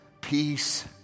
peace